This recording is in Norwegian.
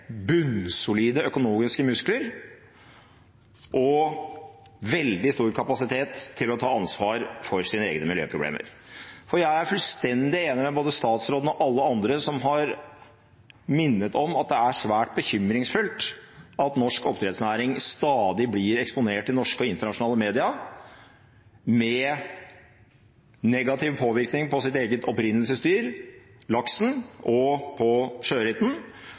bunnsolide økonomiske muskler og veldig stor kapasitet til å ta ansvar for sine egne miljøproblemer. Jeg er fullstendig enig med både statsråden og alle andre som har minnet om at det er svært bekymringsfullt at norsk oppdrettsnæring stadig blir eksponert i norske og internasjonale media, med negativ påvirkning på sitt eget opprinnelsesdyr, laksen, og på